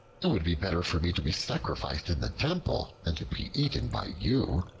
it would be better for me to be sacrificed in the temple than to be eaten by you.